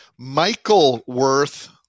Michaelworth